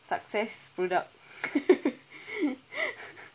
success product